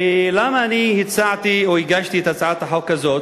ולמה אני הצעתי או הגשתי את הצעת החוק הזאת?